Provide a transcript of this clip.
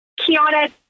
Kiana